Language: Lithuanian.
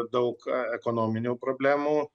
daug ekonominių problemų